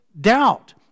doubt